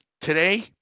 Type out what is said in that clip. today